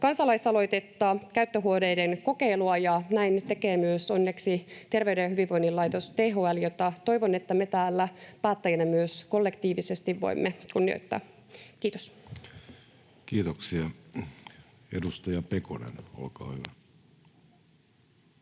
kansalaisaloitetta ja käyttöhuoneiden kokeilua, ja näin tekee myös onneksi Terveyden ja hyvinvoinnin laitos THL, jota toivon, että me täällä päättäjinä myös kollektiivisesti voimme kunnioittaa. — Kiitos. [Speech